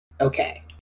Okay